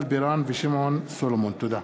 תודה.